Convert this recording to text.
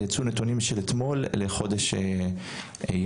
יצאו נתונים של אתמול לחודש ינואר,